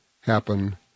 happen